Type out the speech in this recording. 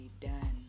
done